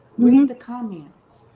read the comments.